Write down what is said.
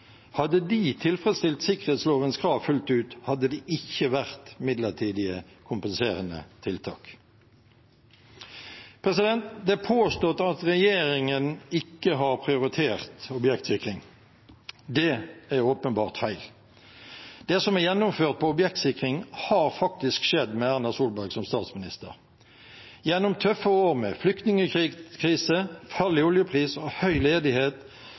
Hadde de tilfredsstilt sikkerhetslovens krav fullt ut, hadde de ikke vært midlertidige, kompenserende tiltak. Det påstås at regjeringen ikke har prioritert objektsikring. Det er åpenbart feil. Det som er gjennomført på objektsikring, har faktisk skjedd med Erna Solberg som statsminister. Gjennom tøffe år med flyktningkrise, fall i oljepris og høy ledighet